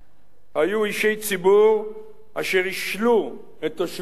היו אישי ציבור אשר השלו את תושבי מגרון